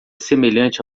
semelhante